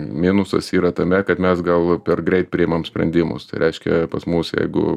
minusas yra tame kad mes gal per greit priemam sprendimus tai reiškia pas mus jeigu